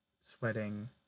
sweating